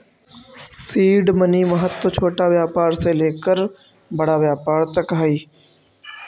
seed money के महत्व छोटा व्यापार से लेकर बड़ा व्यापार तक हई